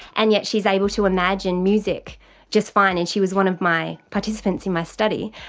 and yet she is able to imagine music just fine, and she was one of my participants in my study.